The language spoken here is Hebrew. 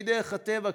מדרך הטבע,